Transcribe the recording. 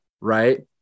right